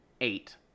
eight